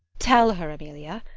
tell her, emilia,